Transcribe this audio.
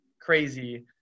crazy